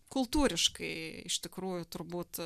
kultūriškai iš tikrųjų turbūt